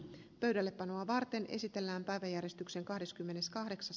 pöydällepanoa varten esitellään pari eristyksen kahdeskymmeneskahdeksas